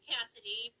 Cassidy